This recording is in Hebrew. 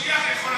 המשיח יכול לבוא?